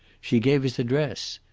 she gave his address.